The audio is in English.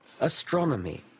Astronomy